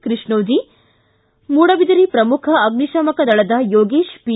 ಕೃಷ್ಣೋಜಿ ಮೂಡಬಿದರೆ ಪ್ರಮುಖ ಅಗ್ನಿಶಾಮಕ ದಳದ ಯೋಗೇತ ಪಿ